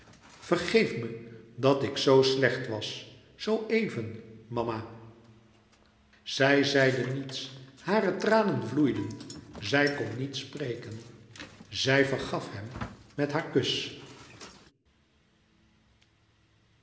vergeef me dat ik zoo slecht was zoo even mama zij zeide niets hare tranen vloeiden zij kon niet spreken zij vergaf hem met haar kus